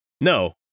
no